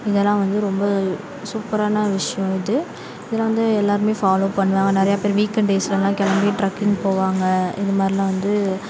இதெல்லாம் வந்து ரொம்ப சூப்பரான விஷயம் இது இதெல்லாம் வந்து எல்லோருமே ஃபாலோ பண்ணலாம் நிறையா பேர் வீக்எண்ட் டேஸ்லெலாம் கிளம்பி ட்ரக்கிங் போவாங்க இது மாதிரிலாம் வந்து